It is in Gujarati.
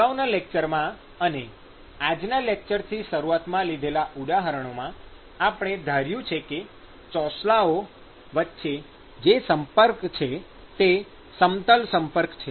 અગાઉના લેકચરમાં અને આજના લેકચરની શરૂઆતમાં લીધેલા ઉદાહરણોમાં આપણે ધાર્યું છે કે ચોસલાઓ વચ્ચે જે સંપર્ક છે તે સમતલ સંપર્ક છે